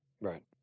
right